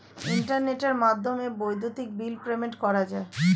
ইন্টারনেটের মাধ্যমে বৈদ্যুতিক বিল পেমেন্ট করা যায়